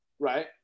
Right